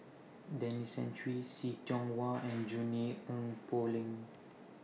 Denis Santry See Tiong Wah and Junie Sng Poh Leng